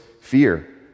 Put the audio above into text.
fear